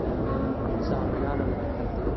ꯑꯩꯅ ꯆꯥꯕ ꯌꯥꯅꯕ ꯍꯥꯏꯕꯗꯤ